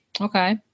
Okay